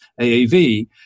AAV